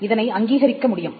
இதனை அங்கீகரிக்க முடியும்